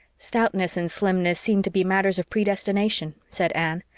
stoutness and slimness seem to be matters of predestination, said anne.